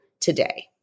today